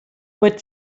but